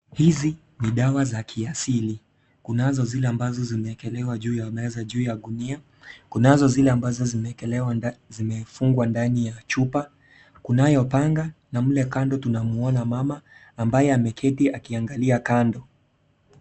Hizi ni dawa za kiasili, kunazo zile ambazo zimeekelwa juu ya meza juu ya gunia, kunazo zile ambazo zimefungiwa ndani ya chupa, kunayo panga na mle kando tunamuona mama ambaye ameketi akiangalia kando.